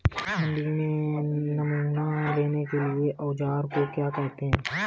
मंडी में नमूना लेने के औज़ार को क्या कहते हैं?